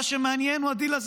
מה שמעניין הוא הדיל הזה.